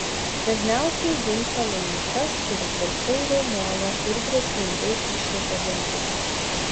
dažniausiai ginčą laimi tas kuris garsiau riaumoja ir grėsmingiau iššiepia dantis